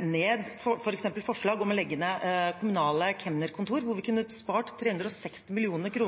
ned f.eks. forslag om å legge ned kommunale kemnerkontor, der vi kunne spart 360 mill. kr.